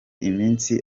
iminsi